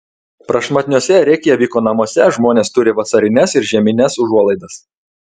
prašmatniuose reikjaviko namuose žmonės turi vasarines ir žiemines užuolaidas